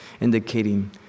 indicating